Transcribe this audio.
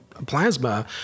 Plasma